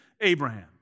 Abraham